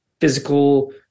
physical